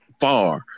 far